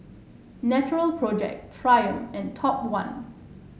Natural Project Triumph and Top One